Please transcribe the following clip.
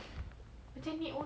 ya